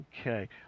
Okay